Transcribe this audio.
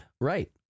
Right